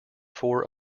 four